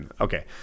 Okay